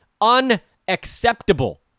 Unacceptable